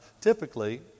typically